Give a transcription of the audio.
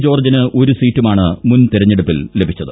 ജോർജിന് ഒരു സീറ്റുമാണ് മുൻ തെരഞ്ഞെടുപ്പിൽ ലഭിച്ചത്